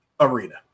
arena